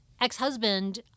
ex-husband